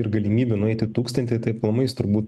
ir galimybių nueiti tūkstantį tai aplamai jis turbūt